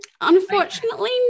unfortunately